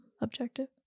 objective